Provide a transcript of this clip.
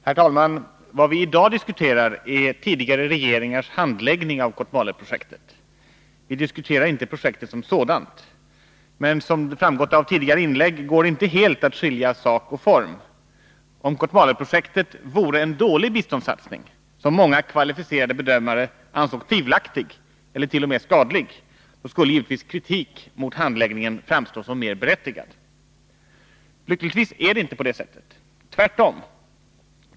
Herr talman! Vad vi i dag diskuterar är tidigare regeringars handläggning av Kotmaleprojektet. Vi diskuterar inte projektet som sådant. Som framgått av tidigare inlägg går det emellertid inte att helt skilja sak och form från varandra. Om Kotmaleprojektet vore en dålig biståndssatsning, som många kvalificerade bedömare ansåg tvivelaktig eller t.o.m. skadlig, skulle kritik mot handläggningen givetvis framstå som mer berättigad. Lyckligtvis är det inte på det sättet, tvärtom.